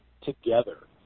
together